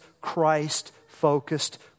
Christ-focused